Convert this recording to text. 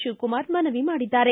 ಶಿವಕುಮಾರ್ ಮನವಿ ಮಾಡಿದ್ದಾರೆ